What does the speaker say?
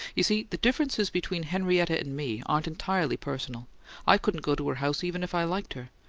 you see, the differences between henrietta and me aren't entirely personal i couldn't go to her house even if i liked her.